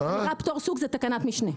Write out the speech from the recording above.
נקרא פטור סוג, זו תקנת משנה.